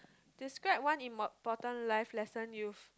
describe one important life lesson you've